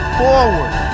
forward